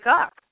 up